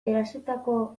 erositako